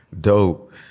Dope